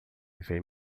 vem